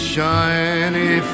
Shiny